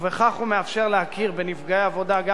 ובכך הוא מאפשר להכיר בנפגעי עבודה גם